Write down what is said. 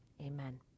Amen